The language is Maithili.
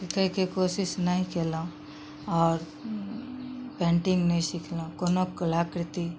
सिखैके कोशिश नहि केलहुॅं आओर पेन्टिंग नहि सिखलहुॅं कोनो कलाकृति